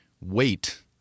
wait